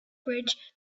bridge